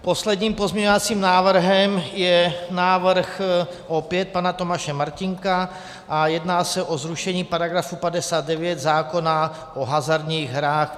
Posledním pozměňovacím návrhem je návrh opět pana Tomáše Martínka a jedná se o zrušení § 59, zákona o hazardních hrách.